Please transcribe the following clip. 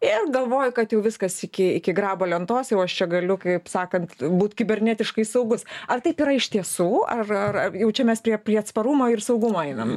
ir galvoju kad jau viskas iki iki grabo lentos jau aš čia galiu kaip sakant būt kibernetiškai saugus ar taip yra iš tiesų ar ar ar jaučiamės prie prie atsparumo ir saugumo einam